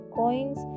coins